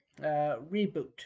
reboot